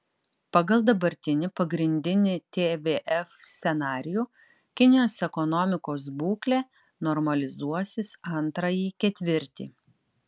pagal dabartinį pagrindinį tvf scenarijų kinijos ekonomikos būklė normalizuosis antrąjį ketvirtį